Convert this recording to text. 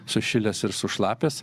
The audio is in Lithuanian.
sušilęs ir sušlapęs